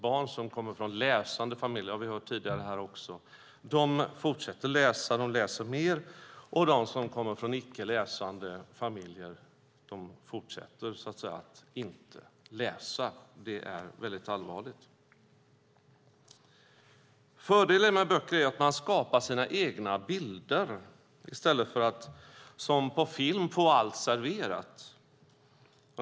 Barn som kommer från läsande familjer fortsätter att läsa och läser mer, medan de som kommer från icke läsande familjer fortsätter att inte läsa. Det är väldigt allvarligt. Fördelen med böcker är ju att man skapar sina egna bilder i stället för som på film få allt serverat.